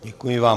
Děkuji vám.